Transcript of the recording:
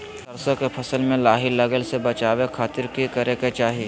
सरसों के फसल में लाही लगे से बचावे खातिर की करे के चाही?